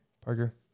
Parker